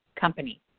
company